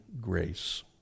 grace